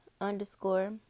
underscore